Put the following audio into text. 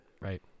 right